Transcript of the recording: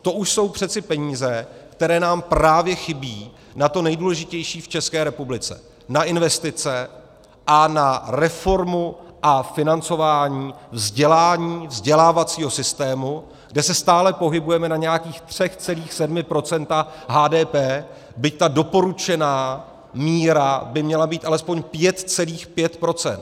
To už jsou přece peníze, které nám právě chybí na to nejdůležitější v České republice, na investice a na reformu a financování vzdělávání, vzdělávacího systému, kde se stále pohybujeme na nějakých 3,7 % HDP, byť ta doporučená míra by měla být alespoň 5,5 %.